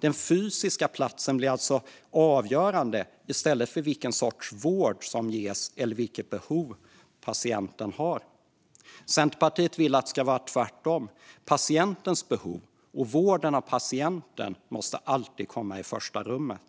Den fysiska platsen blir alltså avgörande i stället för vilken sorts vård som ges eller vilket behov patienten har. Centerpartiet vill att det ska vara tvärtom. Patientens behov och vården av patienten måste alltid komma i första rummet.